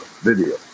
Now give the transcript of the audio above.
video